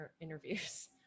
interviews